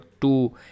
two